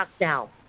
now